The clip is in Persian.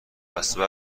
وصله